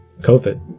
COVID